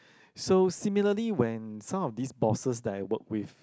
so similarly when some of these bosses that I work with